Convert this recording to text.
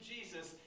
Jesus